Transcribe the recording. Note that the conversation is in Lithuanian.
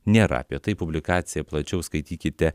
nėra apie tai publikaciją plačiau skaitykite